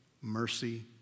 mercy